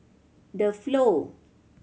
The Flow